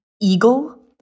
eagle